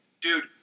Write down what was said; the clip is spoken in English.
Dude